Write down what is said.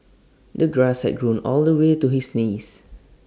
the grass had grown all the way to his knees